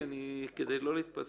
לא צריך להביא כל הזמן